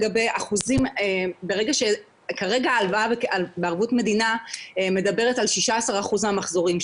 לגבי האחוזים כרגע ההלוואה בערבות מדינה מדברת על 16% מהמחזורים.